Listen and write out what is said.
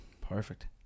perfect